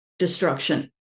destruction